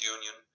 Union